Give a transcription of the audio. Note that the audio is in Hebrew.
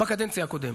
בקדנציה הקודמת.